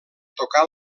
tocar